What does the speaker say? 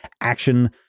action